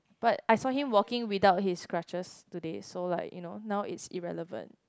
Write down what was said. but I saw him walking without his crutches today so like you know now is irrelevant